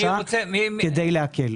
כדי להקל.